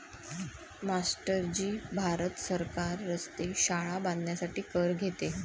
master ji Bharat सरकार रस्ते, शाळा बांधण्यासाठी कर घेते